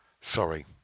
Sorry